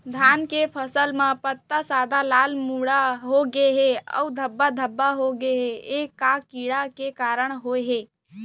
धान के फसल म पत्ता सादा, लाल, मुड़ गे हे अऊ धब्बा धब्बा होगे हे, ए का कीड़ा के कारण होय हे?